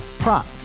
Prop